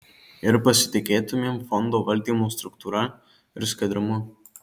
ir pasitikėtumėm fondo valdymo struktūra ir skaidrumu